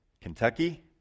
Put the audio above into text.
Kentucky